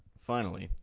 finally,